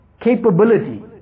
capability